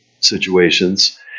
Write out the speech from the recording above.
situations